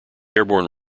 airborne